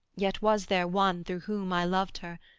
yet was there one through whom i loved her,